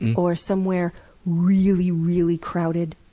or somewhere really, really crowded?